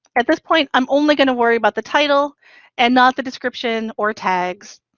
at this point, i'm only gonna worry about the title and not the description or tags.